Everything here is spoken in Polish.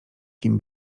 kim